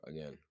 again